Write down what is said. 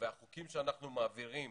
והחוקים שאנחנו מעבירים